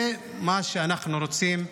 זה מה שאנחנו רוצים,